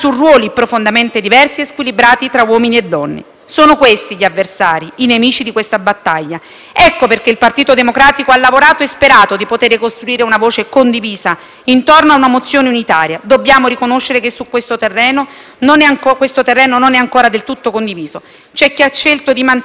Sono questi gli avversari e i nemici di questa battaglia. Ecco perché il Partito Democratico ha lavorato e sperato di poter costruire una voce condivisa intorno a una mozione unitaria. Dobbiamo riconoscere che questo terreno non è ancora del tutto condiviso; c'è chi ha scelto di mantenere elementi divisivi. Noi però non ci arrendiamo.